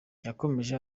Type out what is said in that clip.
yakomeje